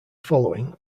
following